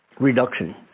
reduction